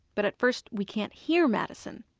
but at first, we can't hear madison.